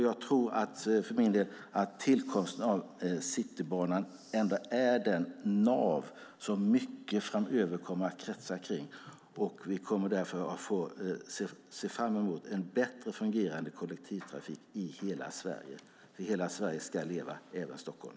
Jag tror att tillkomsten av Citybanan ändå är det nav som mycket framöver kommer att kretsa runt. Vi ser därför fram emot en bättre fungerande kollektivtrafik i hela Sverige. Hela Sverige ska leva - även Stockholm.